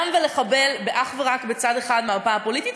גם לחבל אך ורק בצד אחד של המפה הפוליטית,